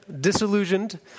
disillusioned